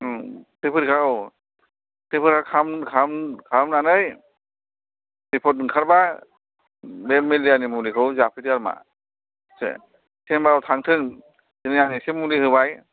थै परिक्खा औ थै परिक्खा खालामनानै रिपर्ट ओंखारबा बे मेलेरिया नि मुलिखौ जाफैदो आरो मा मिथिबाय चेम्बार आव थांथों दिनै आं एसे मुलि होबाय